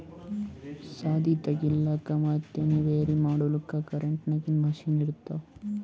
ಸದೀ ತೆಗಿಲುಕ್ ಮತ್ ದಾಣಿ ಬ್ಯಾರೆ ಮಾಡಲುಕ್ ಕರೆಂಟಿನ ಮಷೀನ್ ಇರ್ತಾವ